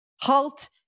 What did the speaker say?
halt